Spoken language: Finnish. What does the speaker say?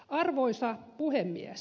arvoisa puhemies